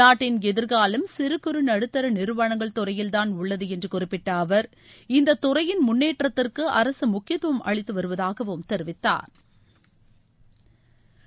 நாட்டின் எதிர்காலம் சிறுகுறு நடுத்தர நிறுவனங்கள் துறையில் தான் உள்ளது என்று குறிப்பிட்ட அவர் இந்தத் துறையின் முன்னேற்றத்திற்கு அரசு முக்கியத்துவம் அளித்துவருவதாக தெரிவித்தாா்